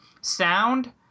sound